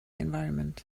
environment